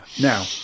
Now